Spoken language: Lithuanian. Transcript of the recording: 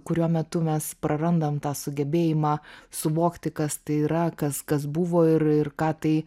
kuriuo metu mes prarandam tą sugebėjimą suvokti kas tai yra kas kas buvo ir ir ką tai